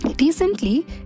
Recently